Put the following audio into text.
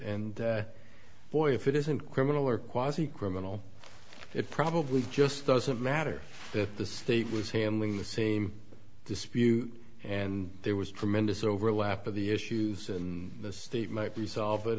and boy if it isn't criminal or quasi criminal it probably just doesn't matter that the state was handling the same dispute and there was tremendous overlap of the issues and the state might resolve it